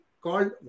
called